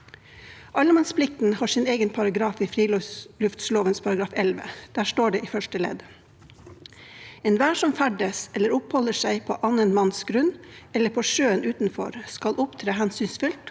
Allemannsplikten har sin egen paragraf i friluftsloven § 11. Der står det i første ledd: «Enhver som ferdes eller oppholder seg på annen manns grunn eller på sjøen utenfor, skal opptre hensynsfullt